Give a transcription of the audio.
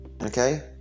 Okay